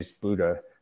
Buddha